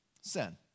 Sin